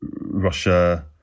Russia